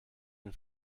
den